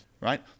right